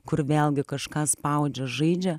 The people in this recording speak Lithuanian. kur vėlgi kažką spaudžia žaidžia